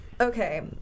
Okay